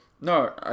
no